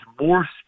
more